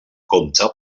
compte